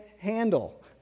handle